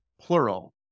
plural